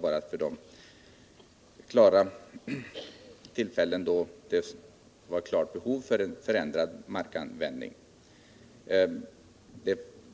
bara vid de tillfällen då det finns ett klart behov av förändrad markanvändning.